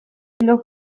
blog